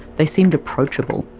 they seem approachable.